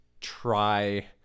try